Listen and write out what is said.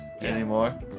anymore